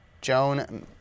Joan